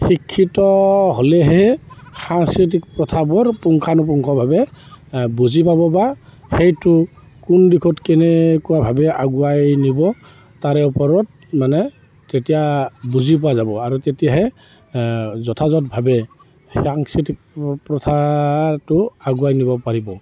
শিক্ষিত হ'লেহে সাংস্কৃতিক প্ৰথাবোৰ পুংখানুপুংখভাৱে বুজি পাব বা সেইটো কোন দিশত কেনেকুৱাভাৱে আগুৱাই নিব তাৰে ওপৰত মানে তেতিয়া বুজি পোৱা যাব আৰু তেতিয়াহে যথাযথভাৱে সাংস্কৃতিক প্ৰথাটো আগুৱাই নিব পাৰিব